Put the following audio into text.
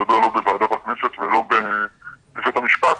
מדבר בוועדה בכנסת ולא בבית המשפט,